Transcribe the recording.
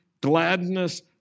gladness